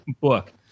book